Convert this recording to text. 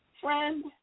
friend